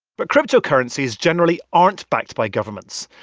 but cryptocurrencies generally aren't backed by governments.